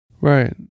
Right